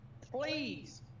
please